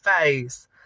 face